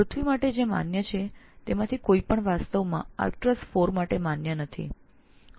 પૃથ્વી પર જે કંઈ માન્ય છે તેમાંથી કશું પણ વાસ્તવમાં આર્ક્ટ્રસ IV માટે માન્ય નથી